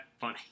funny